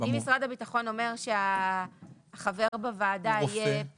אם משרד הביטחון אומר שחבר בוועדה יהיה --- רופא,